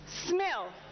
smell